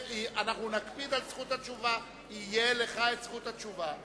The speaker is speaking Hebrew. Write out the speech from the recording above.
אנחנו נקפיד על זכות התשובה, תהיה לך זכות התשובה.